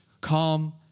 calm